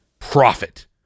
profit